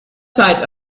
zeit